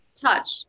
touch